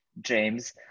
James